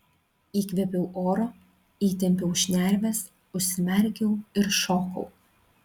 įkvėpiau oro įtempiau šnerves užsimerkiau ir šokau